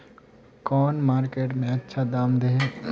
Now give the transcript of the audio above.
कौन मार्केट में अच्छा दाम दे है?